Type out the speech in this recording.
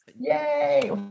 Yay